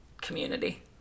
community